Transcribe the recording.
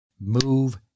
Move